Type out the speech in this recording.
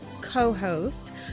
co-host